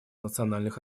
национальных